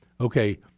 okay